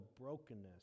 brokenness